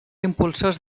impulsors